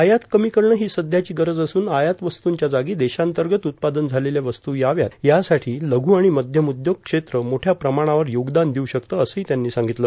आयात कमी करणं ही सध्याची गरज असून आयात वस्तूंच्या जागी देशांतर्गत उत्पादन झालेल्या वस्तू याव्यात यासाठी लघ् आणि मध्यम उदयोग क्षेत्र मोठ्या प्रमाणावर योगदान देऊ शकते असंही त्यांनी सांगितलं